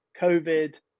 COVID